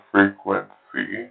Frequency